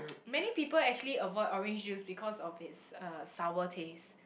many people actually avoid orange juice because of it's uh sour taste